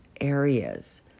areas